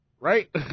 Right